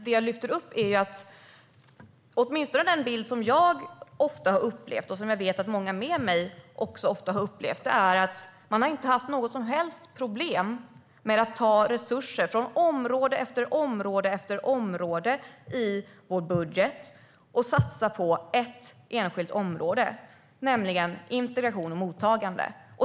Det jag lyfter fram är att den bild jag och många med mig har fått är att man inte har haft något som helst problem med att ta resurser från område efter område i vår budget och satsa på ett enskilt område, nämligen integration och mottagande.